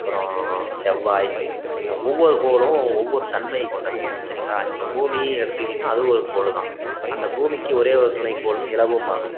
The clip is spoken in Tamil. அப்பறம் செவ்வாய் ஒவ்வொரு கோளும் ஒவ்வொரு தன்மையைக் கொண்டது சரிங்களா இப்போ பூமி எடுத்துக்கிட்டீங்கன்னால் அதுவும் ஒரு கோள்தான் அந்த பூமிக்கு ஒரே ஒரு துணைக்கோள் நிலவும்பாங்க